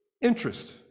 interest